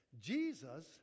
Jesus